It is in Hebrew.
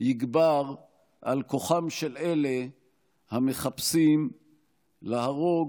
יגבר על כוחם של אלה שמחפשים להרוג,